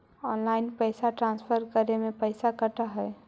Online पैसा transfer करे में पैसा कटा है?